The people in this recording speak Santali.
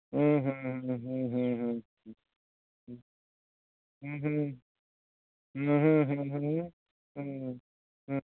ᱦᱩᱸ ᱦᱩᱸ ᱦᱩᱸ ᱦᱩᱸ ᱦᱩᱸ ᱦᱩᱸ ᱦᱩᱸ ᱦᱩᱸ ᱦᱩᱸ ᱦᱩᱸ ᱦᱩᱸ ᱦᱩᱸ ᱦᱩᱸ ᱦᱩᱸ